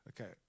Okay